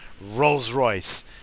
Rolls-Royce